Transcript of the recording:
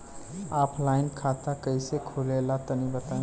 Offline खाता कइसे खुले ला तनि बताई?